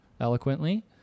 eloquently